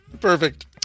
Perfect